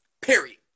Period